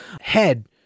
head